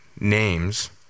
Names